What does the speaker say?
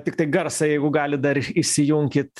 tiktai garsą jeigu galit dar įsijunkit